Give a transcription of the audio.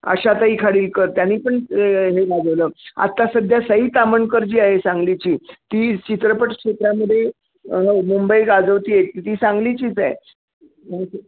आशाताई खाडिलकर त्यांनी पण हे गाजवलं आता सध्या सई ताम्हणकर जी आहे सांगलीची ती चित्रपट क्षेत्रामध्ये मुंबई गाजवते आहे ती ती सांगलीचीच आहे